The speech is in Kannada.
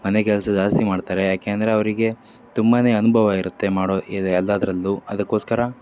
ಮನೆ ಕೆಲಸ ಜಾಸ್ತಿ ಮಾಡ್ತಾರೆ ಯಾಕೆ ಅಂದರೆ ಅವರಿಗೆ ತುಂಬಾ ಅನುಭವ ಇರುತ್ತೆ ಮಾಡೋ ಇದು ಎಲ್ಲಾದರಲ್ಲೂ ಅದಕ್ಕೋಸ್ಕರ